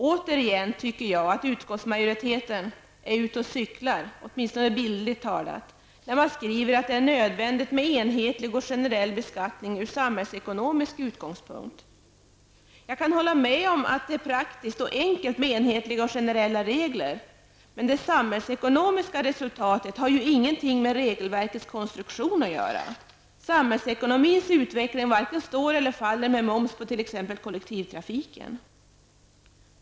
Återigen tycker jag att utskottsmajoriteten är ute och cyklar -- åtminstone bildligt talat -- när man skriver att det är nödvändigt med enhetlig och generell beskattning ur samhällsekonomisk utgångspunkt. Jag kan hålla med om att det är praktiskt och enkelt med enhetliga och generella regler, men det samhällsekonomiska resultatet har inget med regelverkets konstruktion att göra. Samhällsekonomins utveckling varken står eller faller med moms på t.ex. kollektivtrafik.